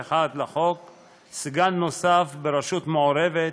סגן נוסף ברשות מעורבת